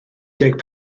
deg